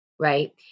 right